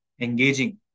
engaging